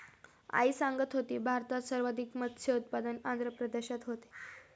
आई सांगत होती, भारतात सर्वाधिक मत्स्य उत्पादन आंध्र प्रदेशात होते